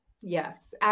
Yes